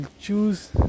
choose